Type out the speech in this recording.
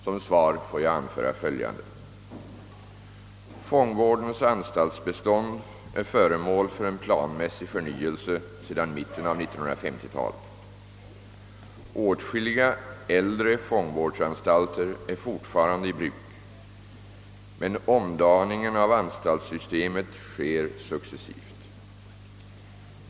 Som svar får jag anföra följande. Fångvårdens anstaltsbestånd är föremål för en planmässig förnyelse sedan mitten av 1950-talet. Åtskilliga äldre fångvårdsanstalter är fortfarande i bruk, men omdaningen av anstaltssystemet sker successivt.